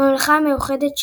הממלכה המאוחדת,